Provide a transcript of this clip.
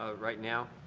ah right now?